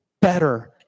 better